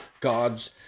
gods